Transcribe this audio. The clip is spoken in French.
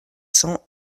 cent